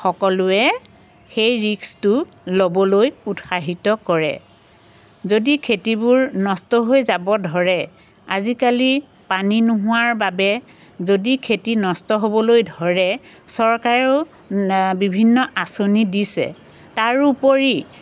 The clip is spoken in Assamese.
সকলোৱে সেই ৰিস্কটো ল'বলৈ উৎসাহিত কৰে যদি খেতিবোৰ নষ্ট হৈ যাব ধৰে আজিকালি পানী নোহোৱাৰ বাবে যদি খেতি নষ্ট হ'বলৈ ধৰে চৰকাৰেও বিভিন্ন আঁচনি দিছে তাৰোপৰি